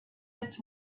its